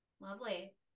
Lovely